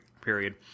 period